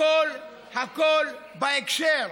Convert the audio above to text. הכול בהקשר.